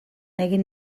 egin